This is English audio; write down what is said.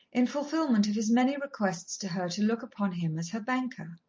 in fulfilment of his many requests to her to look upon him as her banker.